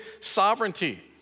sovereignty